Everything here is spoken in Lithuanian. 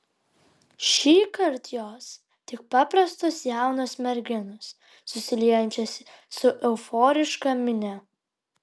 šįkart jos tik paprastos jaunos merginos susiliejančios su euforiška minia